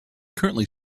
currently